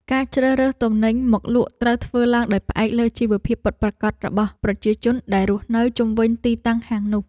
ការជ្រើសរើសទំនិញមកលក់ត្រូវធ្វើឡើងដោយផ្អែកលើជីវភាពពិតប្រាកដរបស់ប្រជាជនដែលរស់នៅជុំវិញទីតាំងហាងនោះ។